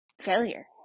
failure